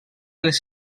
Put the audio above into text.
les